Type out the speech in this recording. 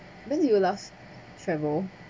when did you last travel